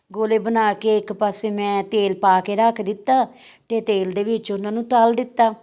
ਗੋਲੇ ਬਣਾ ਕੇ ਇੱਕ ਪਾਸੇ ਮੈਂ ਤੇਲ ਪਾ ਕੇ ਰੱਖ ਦਿੱਤਾ ਅਤੇ ਤੇਲ ਦੇ ਵਿੱਚ ਉਹਨਾਂ ਨੂੰ ਤਲ ਦਿੱਤਾ